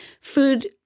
food